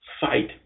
fight